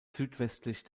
südwestlich